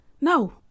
No